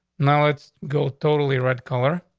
now, let's go. totally red color.